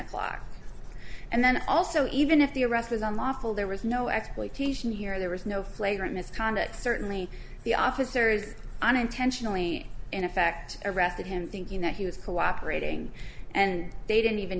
o'clock and then also even if the arrest was unlawful there was no exploitation here there was no flagrant misconduct certainly the officers unintentionally in effect arrested him thinking that he was cooperating and they didn't even